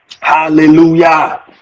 Hallelujah